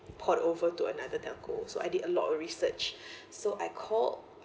port over to another telco so I did a lot of research so I called